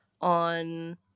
on